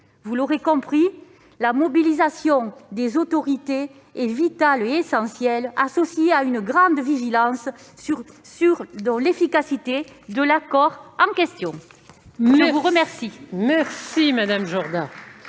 Vous l'aurez compris, la mobilisation des autorités est vitale et essentielle, associée à la plus grande vigilance sur l'efficacité de l'accord en question. La parole est à M. Alain Cadec. Madame